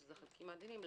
שזה החלקיקים העדינים,